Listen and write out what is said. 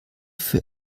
für